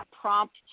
prompt